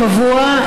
קבוע,